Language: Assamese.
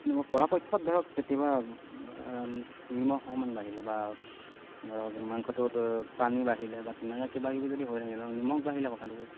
কিন্তু মই পৰাপক্ষত ধৰক কেতিয়াবা নিমখ অকণমান বাঢ়িলে বা ধৰক মাংসটোত পানী বাঢ়িলে বা তেনেকৈ কিবা কিবি যদি হৈ থাকে তো নিমখ বাঢ়িলে কথাটো